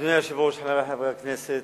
אדוני היושב-ראש, חברי חברי הכנסת,